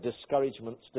discouragements